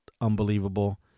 unbelievable